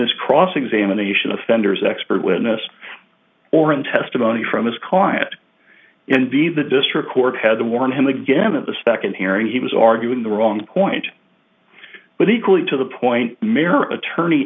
his cross examination offender's expert witness or in testimony from his client and vive the district court had to warn him again of the second hearing he was arguing the wrong point but equally to the point mayor attorney